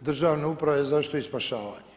Državne uprave za zaštitu i spašavanje.